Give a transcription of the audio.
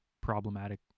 problematic